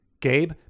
Gabe